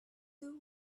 two